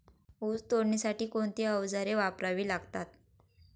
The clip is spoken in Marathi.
ऊस तोडणीसाठी कोणती अवजारे वापरावी लागतात?